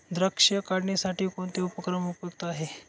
द्राक्ष काढणीसाठी कोणते उपकरण उपयुक्त आहे?